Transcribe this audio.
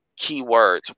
keywords